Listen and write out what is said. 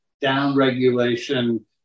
down-regulation